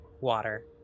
water